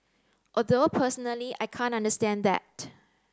although personally I can't understand that